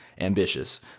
ambitious